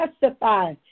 testify